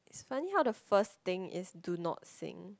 it's funny how the first thing is do not sing